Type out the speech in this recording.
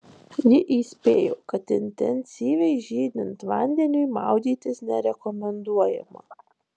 ji įspėjo kad intensyviai žydint vandeniui maudytis nerekomenduojama